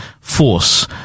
force